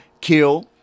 kill